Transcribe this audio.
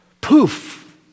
poof